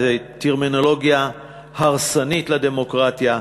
זו טרמינולוגיה הרסנית לדמוקרטיה,